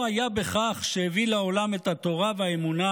היה בכך שהביא לעולם את התורה והאמונה,